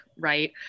right